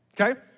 okay